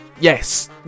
yes